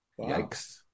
Yikes